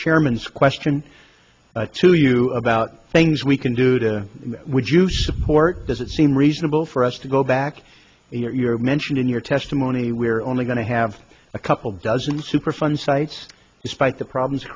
chairman's question to you about things we can do to would you support does it seem reasonable for us to go back and you are mentioned in your testimony we're only going to have a couple dozen superfund sites despite the problems